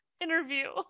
interview